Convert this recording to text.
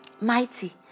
mighty